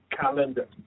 calendar